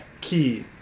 key